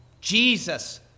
Jesus